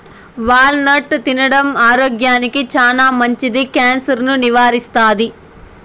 wall నట్ తినడం ఆరోగ్యానికి చానా మంచిది, క్యాన్సర్ ను నివారిస్తాది